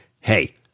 hey